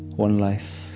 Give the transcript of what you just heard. one life